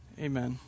Amen